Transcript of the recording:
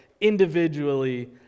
individually